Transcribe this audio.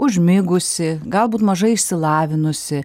užmigusi galbūt mažai išsilavinusi